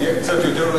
נהיה קצת יותר זהירים.